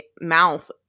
mouth